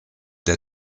der